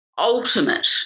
ultimate